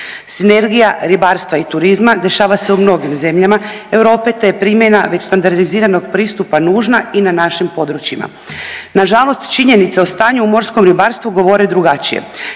Sinergija ribarstva i turizma dešava se u mnogim zemljama Europe, te je primjena već standardiziranog pristupa nužna i na našim područjima. Nažalost činjenice o stanju u morskom ribarstvu govore drugačije.